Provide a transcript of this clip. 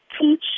teach